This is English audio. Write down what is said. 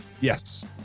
Yes